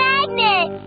Magnet